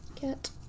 Get